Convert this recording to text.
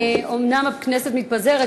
אומנם הכנסת מתפזרת,